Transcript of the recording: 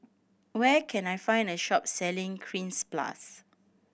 where can I find a shop selling Cleanz Plus